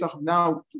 now